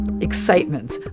excitement